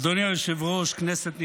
אדוני היושב-ראש, כנסת נכבדה,